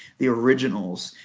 the originals.